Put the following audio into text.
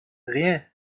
rien